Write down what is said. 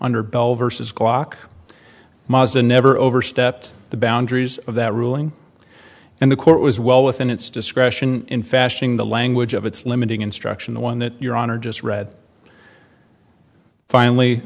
under ball vs clock maza never overstepped the boundaries of that ruling and the court was well within its discretion in fashioning the language of its limiting instruction the one that your honor just read finally